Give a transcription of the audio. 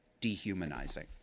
dehumanizing